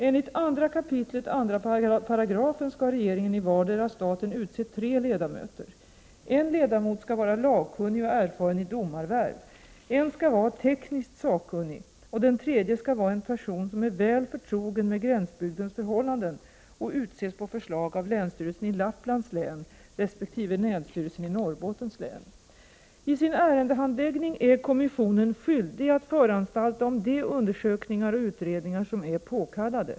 Enligt 2 kap. 2 § skall regeringen i vardera staten utse tre ledamöter; en ledamot skall vara lagkunnig och erfaren i domarvärv, en skall vara tekniskt sakkunnig och den tredje skall vara en person som är väl förtrogen med gränsbygdens förhållanden och utses på förslag av länsstyrelsen i Lapplands län resp. länsstyrelsen i Norrbottens län. I sin ärendehandläggning är kommissionen skyldig att föranstalta om de undersökningar och utredningar som är påkallade.